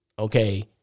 Okay